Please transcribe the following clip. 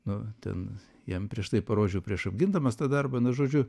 nu ten jam prieš tai parodžiau prieš apgindamas tą darbą na žodžiu